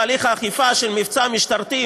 בסוף תהליך האכיפה של מבצע משטרתי,